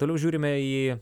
toliau žiūrime į